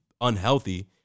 unhealthy